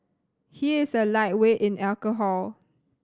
he is a lightweight in alcohol